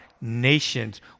nations